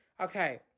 Okay